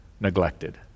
Neglected